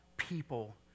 People